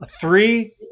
three